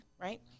right